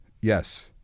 Yes